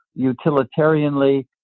utilitarianly